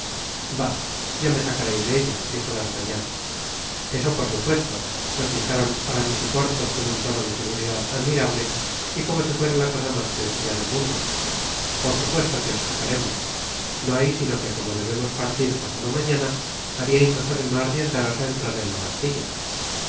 bah ya me sacareis de ella dijo d'artagnan eso por supuesto replicaron aramis y porthos con un tono de seguridad admirable y como si fuera la cosa mas sencilla del mundo par supuesto que os sacaremos no hay sino que como debemos partir pasado mañana haríais mejor en no arriesgaros a entrar en la bastilla